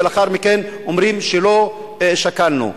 ולאחר מכן אומרים שלא שקלנו?